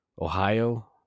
Ohio